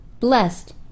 Blessed